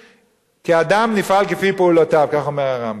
"כי האדם נפעל כפי פעולותיו", כך אומר הרמב"ם.